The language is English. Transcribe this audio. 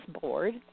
board